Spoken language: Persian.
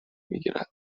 میگیرد